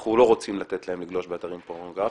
ואנחנו לא רוצים לתת להם לגלוש באתרים פורנוגרפיים.